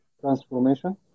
transformation